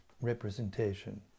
representation